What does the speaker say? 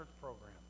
program